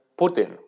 Putin